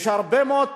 יש הרבה מאוד